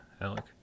Alec